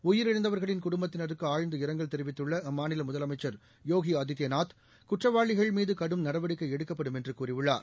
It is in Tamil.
உயிழழந்தவர்களின் குடும்பத்தினருக்குஆழ்ந்த இரங்கல் தெரிவித்துள்ளஅம்மாநிலமுதலமைச்சி யோகிஆதித்யநாத் குற்றவாளிகள் மீதுகடும் நடவடிக்கைஎடுக்கப்படும் என்றுகூறியுள்ளார்